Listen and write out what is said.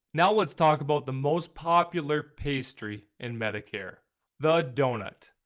now let's talk about the most popular pastry and medicare the doughnut.